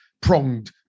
pronged